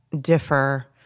differ